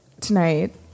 tonight